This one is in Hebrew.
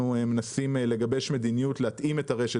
אנחנו מנסים לגבש מדיניות להתאמת הרשת